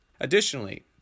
Additionally